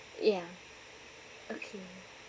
yeah okay